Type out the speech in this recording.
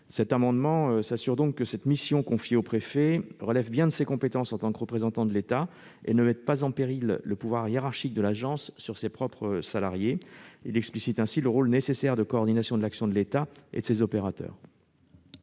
Cet amendement tend à garantir que cette mission confiée au préfet relève bien des compétences de celui-ci en tant que représentant de l'État et ne mette pas en péril le pouvoir hiérarchique de l'agence sur ses propres salariés, en mentionnant explicitement son rôle nécessaire de coordination de l'action de l'État et de ses opérateurs.